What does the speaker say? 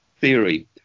theory